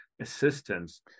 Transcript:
assistance